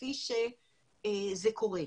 כפי שזה קורה.